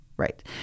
Right